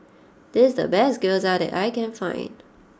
this is the best Gyoza that I can find